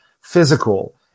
physical